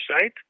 site